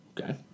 Okay